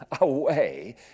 away